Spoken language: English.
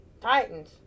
Titans